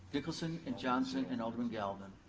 nicholson and johnson and alderman galvin.